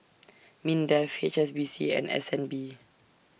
Mindef H S B C and S N B